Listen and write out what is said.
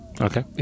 Okay